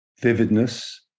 vividness